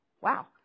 Wow